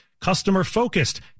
Customer-focused